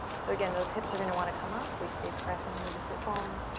so again, those hips are going to want to come up. we stay pressing into the sit bones,